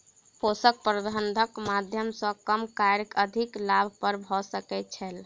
पोषक प्रबंधनक माध्यम सॅ कम कार्य मे अधिक लाभ भ सकै छै